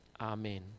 Amen